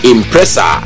Impressor